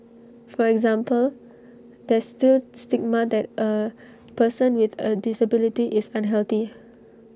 for example there's still stigma that A person with A disability is unhealthy